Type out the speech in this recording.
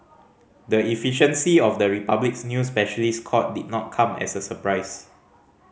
the efficiency of the Republic's new specialist court did not come as a surprise